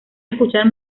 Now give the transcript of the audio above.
escuchar